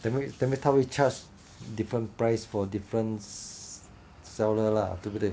that means that means 他会 charge different price for different seller lah 对不对